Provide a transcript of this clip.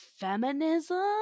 feminism